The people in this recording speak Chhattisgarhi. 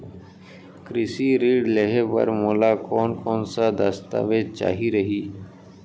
कृषि ऋण लेहे बर मोला कोन कोन स दस्तावेज चाही रही?